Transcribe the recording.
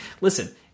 Listen